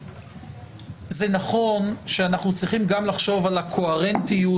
זה נכון שאנחנו צריכים גם לחשוב על הקוהרנטיות